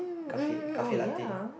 cafe cafe latte